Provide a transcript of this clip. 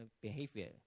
behavior